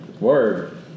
Word